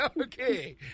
Okay